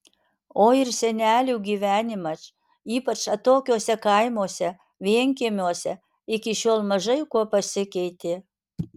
o ir senelių gyvenimas ypač atokiuose kaimuose vienkiemiuose iki šiol mažai kuo pasikeitė